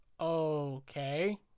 okay